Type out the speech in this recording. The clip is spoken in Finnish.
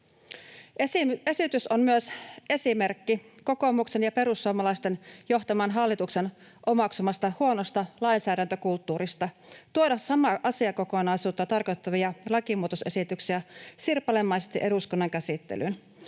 Esitys on myös esimerkki kokoomuksen ja perussuomalaisten johtaman hallituksen omaksumasta huonosta lainsäädäntökulttuurista tuoda samaa asiakokonaisuutta tarkoittavia lakimuutosesityksiä sirpalemaisesti eduskunnan käsittelyyn.